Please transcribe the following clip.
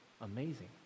amazing